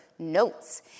notes